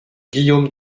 guillaume